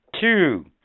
Two